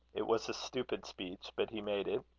it was a stupid speech, but he made it.